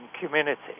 community